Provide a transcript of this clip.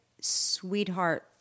sweetheart